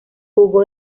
jugó